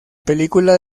película